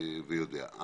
ויודע.